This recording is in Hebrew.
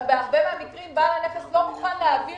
בהרבה מהמקרים בעל הנכס לא מוכן להעביר